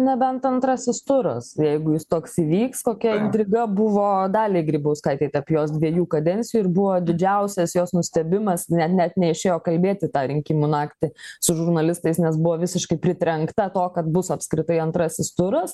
nebent antrasis turas jeigu jis toks įvyks kokia intriga buvo daliai grybauskaitei tarp jos dviejų kadencijų ir buvo didžiausias jos nustebimas ne net neišėjo kalbėti tą rinkimų naktį su žurnalistais nes buvo visiškai pritrenkta to kad bus apskritai antrasis turas